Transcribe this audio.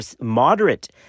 moderate